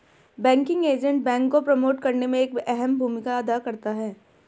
banking agent bank को promote करने में एक अहम भूमिका अदा करता है